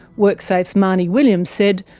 worksafe's marnie williams said,